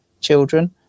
children